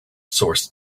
source